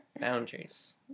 Boundaries